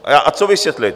A co vysvětlit?